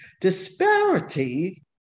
Disparity